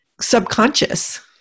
subconscious